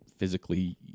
Physically